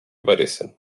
parecen